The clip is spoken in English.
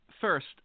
First